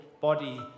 body